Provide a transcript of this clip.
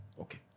Okay